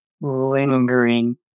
lingering